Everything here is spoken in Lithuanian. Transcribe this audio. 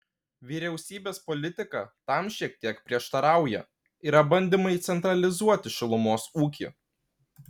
vyriausybės politika tam šiek tiek prieštarauja yra bandymai centralizuoti šilumos ūkį